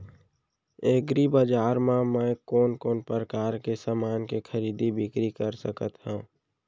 एग्रीबजार मा मैं कोन कोन परकार के समान के खरीदी बिक्री कर सकत हव?